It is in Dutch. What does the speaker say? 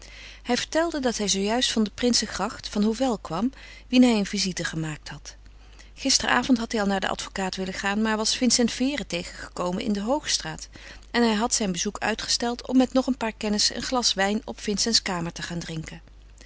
hij vertelde dat hij zoo juist van de prinsengracht van hovel kwam wien hij een visite gemaakt had gisteren avond had hij al naar den advocaat willen gaan maar hij was vincent vere tegengekomen in de hoogstraat en hij had zijn bezoek uitgesteld om met nog een paar kennissen een glas wijn op vincents kamer te gaan drinken